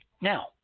Now